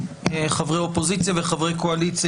חברי אופוזיציה וחברי קואליציה,